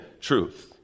truth